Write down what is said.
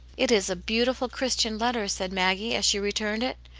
it is a beautiful, christian letter, said maggie, as she returned it.